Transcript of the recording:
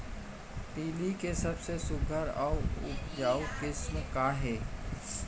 तिलि के सबले सुघ्घर अऊ उपजाऊ किसिम का हे?